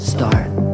Start